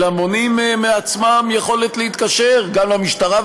אלא מונעים מעצמם יכולת להתקשר גם למשטרה,